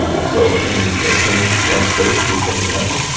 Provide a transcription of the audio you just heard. so in the chain one space before the end,